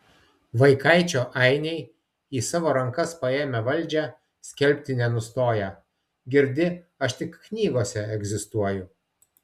vaikaičio ainiai į savo rankas paėmę valdžią skelbti nenustoja girdi aš tik knygose egzistuoju